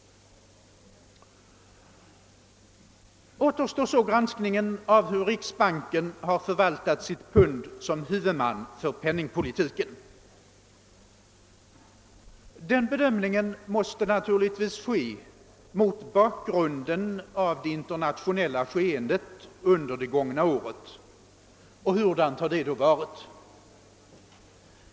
Återstår så granskningen av hur riksbanken har förvaltat sitt pund som huvudman för penningpolitiken. Den bedömningen måste naturligtvis göras mot bakgrunden av det internationella skeendet under det gångna året. Och hurudant har det då varit?